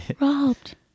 robbed